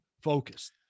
focused